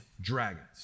dragons